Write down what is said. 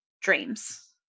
dreams